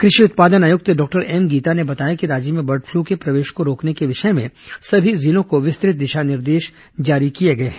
कृषि उत्पादन आयुक्त डॉक्टर एम गीता ने बताया कि राज्य में बर्ड फ्लू के प्रवेश को रोकने के विषय में सभी जिलों को विस्तृत दिशा निर्देश जारी किए गए हैं